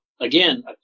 again